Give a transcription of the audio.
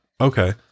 Okay